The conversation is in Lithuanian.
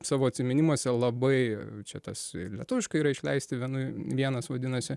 savo atsiminimuose labai čia tas ir lietuviškai yra išleisti vienui vienas vadinasi